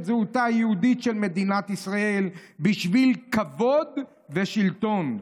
זהותה היהודית של מדינת ישראל בשביל כבוד ושלטון.